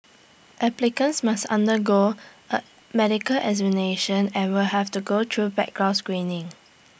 applicants must undergo A medical examination and will have to go through background screening